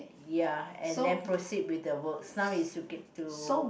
ya and then proceed with the works now is to get to